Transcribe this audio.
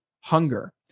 hunger